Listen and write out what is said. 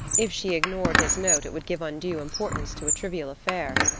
if she ignored his note it would give undue importance to a trivial affair.